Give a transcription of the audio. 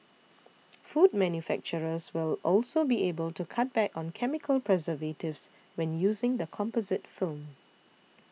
food manufacturers will also be able to cut back on chemical preservatives when using the composite film